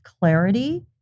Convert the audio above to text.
clarity